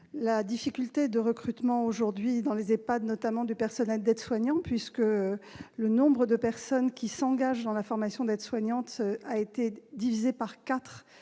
la difficulté de recruter dans les EHPAD, notamment des personnels aides-soignants. Le nombre de personnes qui s'engagent dans la formation d'aide-soignante a été divisé par